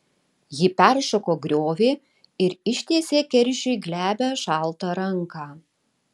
ji peršoko griovį ir ištiesė keršiui glebią šaltą ranką